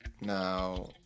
Now